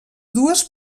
dues